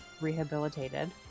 rehabilitated